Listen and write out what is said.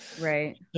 Right